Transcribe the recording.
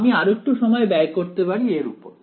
আমি আরেকটু সময় ব্যয় করতে পারি এর উপর